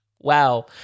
Wow